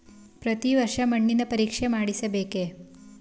ಪ್ರತಿ ವರ್ಷ ಮಣ್ಣಿನ ಪರೀಕ್ಷೆ ಮಾಡಿಸಬೇಕೇ?